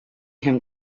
him